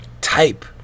type